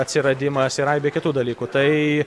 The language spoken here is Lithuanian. atsiradimas ir aibė kitų dalykų tai